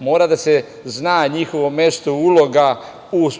Mora da se zna njihovo mesto i uloga u